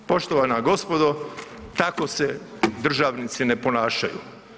Poštovana gospodo tako se državnici ne ponašaju.